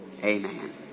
Amen